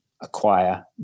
acquire